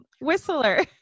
whistler